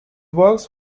works